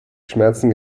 schmerzen